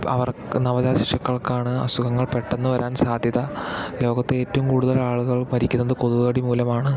അപ്പം അവർക്ക് നവജാത ശിശുക്കൾക്കാണ് അസുഖങ്ങൾ പെട്ടെന്ന് വരാൻ സാധ്യത ലോകത്ത് ഏറ്റവും കൂടുതൽ ആളുകൾ മരിക്കുന്നത് കൊതുകുകടി മൂലമാണ്